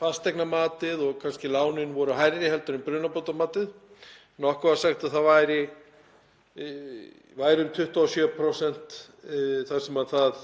fasteignamatið og kannski lánin voru hærri en brunabótamatið. Okkur var sagt að það væru um 27% þar sem það